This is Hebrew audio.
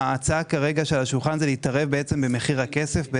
ההצעה כרגע על השולחן היא להתערב במחיר הכסף.